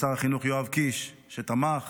לשר החינוך יואב קיש, שתמך